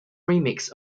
remix